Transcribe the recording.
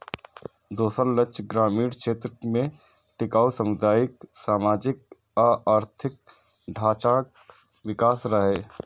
दोसर लक्ष्य ग्रामीण क्षेत्र मे टिकाउ सामुदायिक, सामाजिक आ आर्थिक ढांचाक विकास रहै